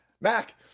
Mac